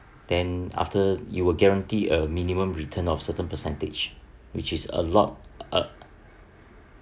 then after you will guaranteed a minimum return of certain percentage which is a lot a